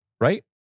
right